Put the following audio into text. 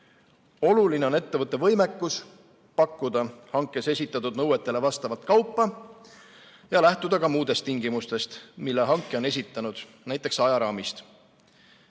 Oluline on ettevõtte võimekus pakkuda hankes esitatud nõuetele vastavat kaupa ja lähtuda ka muudest tingimustest, mille hankija on esitanud, näiteks ajaraamist.